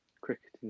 Cricketing